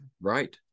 Right